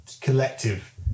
collective